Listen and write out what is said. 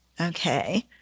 Okay